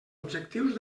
objectius